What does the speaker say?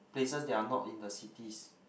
places that are not in the cities